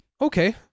okay